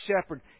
shepherd